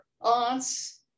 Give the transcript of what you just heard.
aunts